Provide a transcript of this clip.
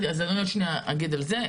אז אני עוד שניה אגיד על זה.